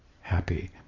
happy